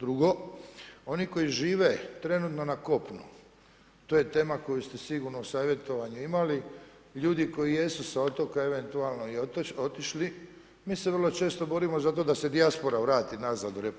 Drugo, oni koji žive trenutno na kopnu, to je tema koju ste sigurno savjetovanje imali, ljudi koji jesu sa otoka eventualno i otišli, mi se vrlo često borimo za to da se dijaspora vrati nazad u RH,